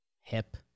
Hip